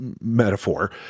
metaphor